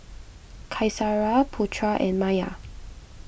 Qaisara Putra and Maya